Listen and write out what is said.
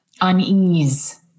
unease